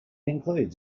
includes